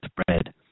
spread